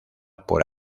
por